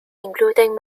including